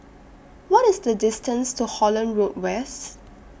What IS The distance to Holland Road West